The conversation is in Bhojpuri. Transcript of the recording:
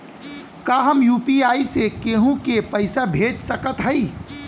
का हम यू.पी.आई से केहू के पैसा भेज सकत हई?